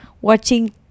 watching